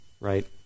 right